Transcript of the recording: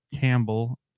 Campbell